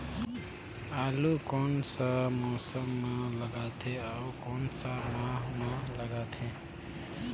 आलू कोन सा मौसम मां लगथे अउ कोन सा माह मां लगथे?